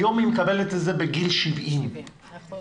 היום היא מקבלת את זה בגיל 70. כבוד